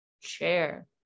chair